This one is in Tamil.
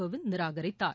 கோவிந்த் நிராகரித்தார்